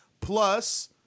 Plus